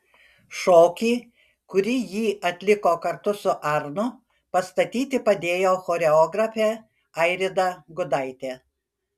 šokį kurį jį atliko kartu su arnu pastatyti padėjo choreografė airida gudaitė